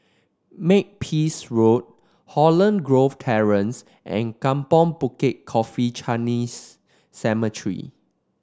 Makepeace Road Holland Grove Terrace and Kampong Bukit Coffee Chinese Cemetery